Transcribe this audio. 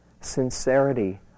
sincerity